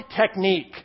technique